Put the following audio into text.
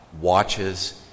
watches